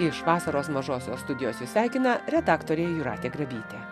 iš vasaros mažosios studijos jus redaktorė jūratė grabytė